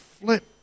flip